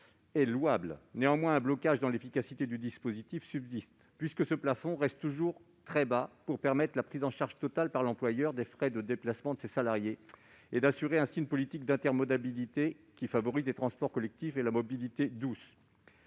est louable. Néanmoins, un blocage subsiste pour l'efficacité du dispositif, puisque ce plafond reste encore trop bas pour permettre la prise en charge totale par l'employeur des frais de déplacement de ses salariés et assurer ainsi une politique intermodale favorable aux transports collectifs et à la mobilité douce.